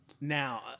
Now